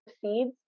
seeds